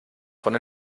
von